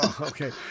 Okay